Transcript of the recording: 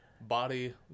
Body